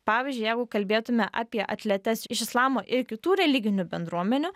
pavyzdžiui jeigu kalbėtume apie atletes iš islamo ir kitų religinių bendruomenių